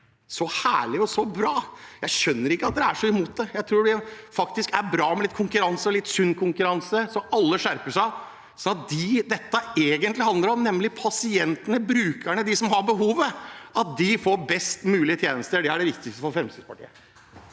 Så herlig og så bra. Jeg skjønner ikke at man er så imot det. Jeg tror faktisk det er bra med litt sunn konkurranse så alle skjerper seg, slik at de dette egentlig handler om, nemlig pasientene, brukerne, de som har behovet, får best mulige tjenester. Det er det viktigste for Fremskrittspartiet.